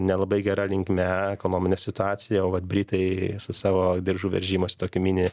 nelabai gera linkme ekonominė situacija o vat britai savo diržų veržimos tokiu mini